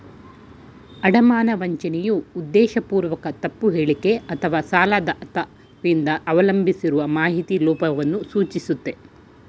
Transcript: ಅಡಮಾನ ವಂಚನೆಯು ಉದ್ದೇಶಪೂರ್ವಕ ತಪ್ಪು ಹೇಳಿಕೆ ಅಥವಾಸಾಲದಾತ ರಿಂದ ಅವಲಂಬಿಸಿರುವ ಮಾಹಿತಿಯ ಲೋಪವನ್ನ ಸೂಚಿಸುತ್ತೆ